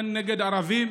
הן נגד ערבים,